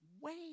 wait